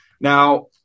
Now